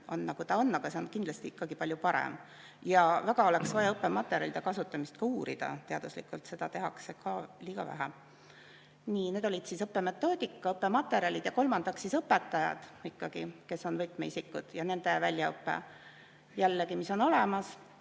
nagu ta on, aga see on kindlasti ikkagi palju parem. Ja väga oleks vaja õppematerjalide kasutamist uurida teaduslikult, seda tehakse ka liiga vähe. Need olid siis õppemetoodika ja õppematerjalid. Kolmandaks on õpetajad, kes on võtmeisikud, ja nende väljaõpe. Jällegi, mis on olemas?